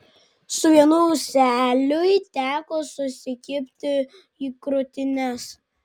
su vienu ūseliui teko susikibti į krūtines